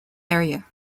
area